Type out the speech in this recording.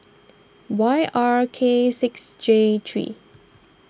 Y R K six J three